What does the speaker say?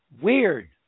weird